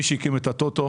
מי שהקים את ה-טוטו